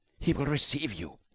he will receive you.